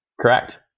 Correct